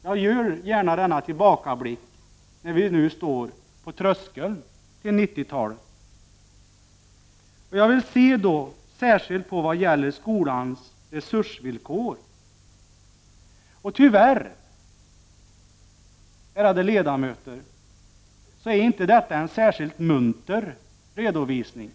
Jag vill göra denna tillbakablick när vi nu står på tröskeln till 90-talet. Jag vill särskilt se på skolans resursvillkor. Tyvärr, ärade ledamöter, blir det inte någon särskilt munter redovisning.